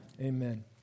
Amen